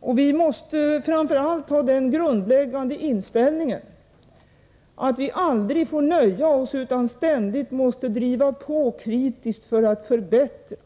och vi måste framför allt ha den grundläggande inställningen att vi aldrig får låta oss nöja utan ständigt måste driva på kritiskt för att förbättra.